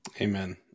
Amen